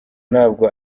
ntabwo